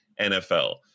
NFL